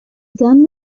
gun